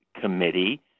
Committee